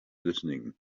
listening